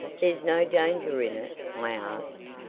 there's no danger in it? i asked.